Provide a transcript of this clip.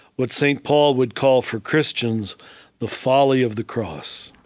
what st. paul would call for christians the folly of the cross.